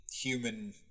human